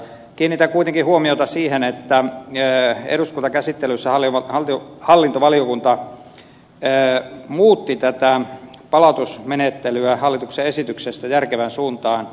kiinnitän kuitenkin huomiota siihen että eduskuntakäsittelyssä hallintovaliokunta muutti tätä palautusmenettelyä hallituksen esityksestä järkevään suuntaan